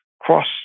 cross